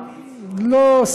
לא.